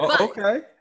Okay